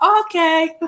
okay